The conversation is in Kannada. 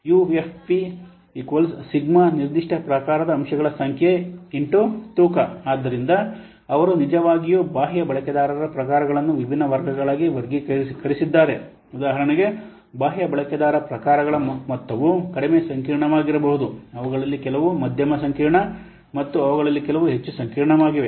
ಯುಎಫ್ಪಿ ∑ನಿರ್ದಿಷ್ಟ ಪ್ರಕಾರದ ಅಂಶಗಳ ಸಂಖ್ಯೆ X ತೂಕ UFP ∑ X ಆದ್ದರಿಂದ ಅವರು ನಿಜವಾಗಿಯೂ ಬಾಹ್ಯ ಬಳಕೆದಾರ ಪ್ರಕಾರಗಳನ್ನು ವಿಭಿನ್ನ ವರ್ಗಗಳಾಗಿ ವರ್ಗೀಕರಿಸಿದ್ದಾರೆ ಉದಾಹರಣೆಗೆ ಬಾಹ್ಯ ಬಳಕೆದಾರ ಪ್ರಕಾರಗಳ ಮೊತ್ತವು ಕಡಿಮೆ ಸಂಕೀರ್ಣವಾಗಿರಬಹುದು ಅವುಗಳಲ್ಲಿ ಕೆಲವು ಮಧ್ಯಮ ಸಂಕೀರ್ಣ ಮತ್ತು ಅವುಗಳಲ್ಲಿ ಕೆಲವು ಹೆಚ್ಚು ಸಂಕೀರ್ಣವಾಗಿವೆ